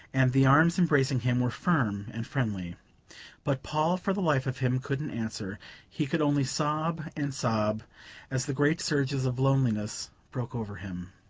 and the arms embracing him were firm and friendly but paul, for the life of him, couldn't answer he could only sob and sob as the great surges of loneliness broke over him.